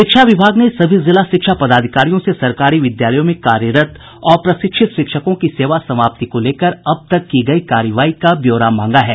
शिक्षा विभाग ने सभी जिला शिक्षा पदाधिकारियों से सरकारी विद्यालयों में कार्यरत अप्रशिक्षित शिक्षकों की सेवा समाप्ति को लेकर अब तक की गयी कार्रवाई का ब्यौरा मांगा है